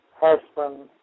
husband